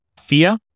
fear